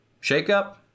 shakeup